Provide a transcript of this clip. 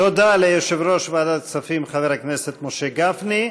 תודה ליושב-ראש ועדת הכספים, חבר הכנסת משה גפני.